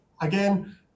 again